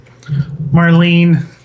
Marlene